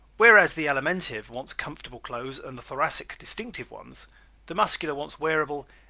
whereas the alimentive wants comfortable clothes and the thoracic distinctive ones the muscular wants wearable,